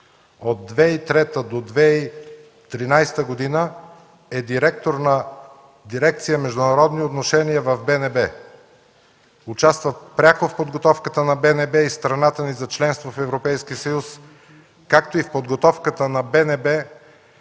От 2003 до 2013 г. е директор на дирекция „Международни отношения” във БНБ. Участва пряко в подготовката на БНБ и страната ни за членство в Европейския съюз, както и в подготовката на БНБ